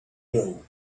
doe